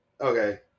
Okay